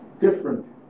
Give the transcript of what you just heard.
different